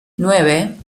nueve